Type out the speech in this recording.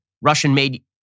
Russian-made